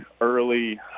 early